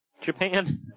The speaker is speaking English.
Japan